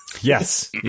Yes